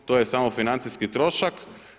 To je samo financijski trošak.